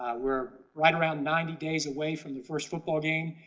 ah we're right around ninety days away from the first football game.